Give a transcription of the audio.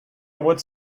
woods